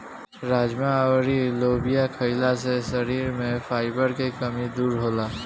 राजमा अउर लोबिया खईला से शरीर में फाइबर के कमी दूर होला